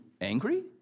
angry